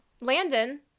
Landon